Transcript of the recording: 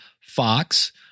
Fox